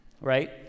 right